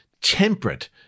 temperate